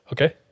Okay